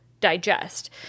digest